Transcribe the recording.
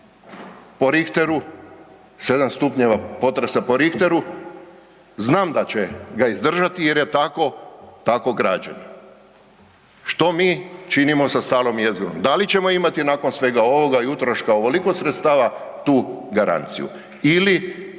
po Richteru, 7 stupnjeva potresa po Richteru znam da će ga izdržati jer je tako, tako građen. Što mi činimo sa starom jezgrom? Da li ćemo imati nakon svega ovoga i utroška ovoliko sredstava tu garanciju